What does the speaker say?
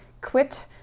quit